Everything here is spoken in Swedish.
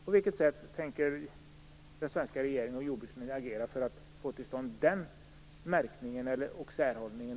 På vilket sätt tänker den svenska regeringen och jordbruksministern agera för att få till stånd den märkningen och särhållningen?